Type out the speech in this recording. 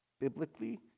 Biblically